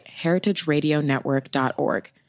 heritageradionetwork.org